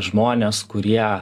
žmonės kurie